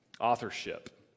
authorship